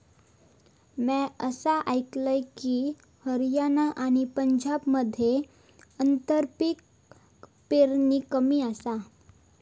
म्या असा आयकलंय की, हरियाणा आणि पंजाबमध्ये आंतरपीक पेरणी कमी आसा